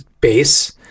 base